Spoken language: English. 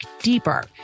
deeper